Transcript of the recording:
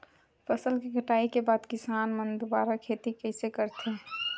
फसल के कटाई के बाद किसान मन दुबारा खेती कइसे करथे?